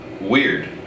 weird